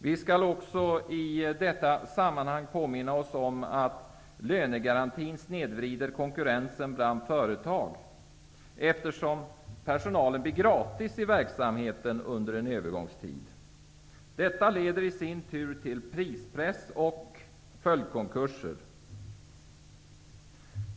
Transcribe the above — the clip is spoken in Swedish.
Vi skall i detta sammanhang också påminna oss om att lönegarantin snedvrider konkurrensen bland företag, eftersom verksamheten får personalen gratis under en övergångstid. Detta leder i sin tur till prispress och följdkonkurser.